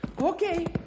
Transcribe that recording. Okay